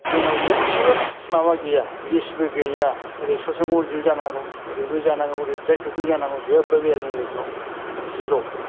जोंनाव मोनसेबो माबा गैया ब्रिजबो गैया ओरै सत्संग' मन्दिरबो जानांगौ ओरैबो जानांगौ ओरैबो जानांगौ आरै ब्लेक टपिं जानांगौ जेबो गैया जोंनि बेंटलाव जिर'